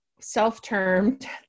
self-termed